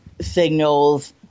signals